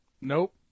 Nope